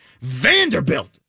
Vanderbilt